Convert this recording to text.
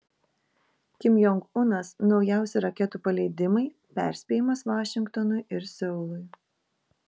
kim jong unas naujausi raketų paleidimai perspėjimas vašingtonui ir seului